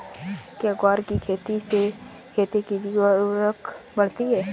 क्या ग्वार की खेती से खेत की ओर उर्वरकता बढ़ती है?